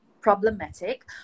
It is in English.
problematic